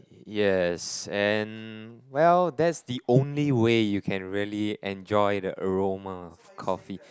yes and well that's the only way you can really enjoy the aroma of coffee